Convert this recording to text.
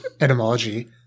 etymology